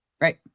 right